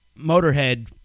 Motorhead